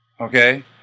Okay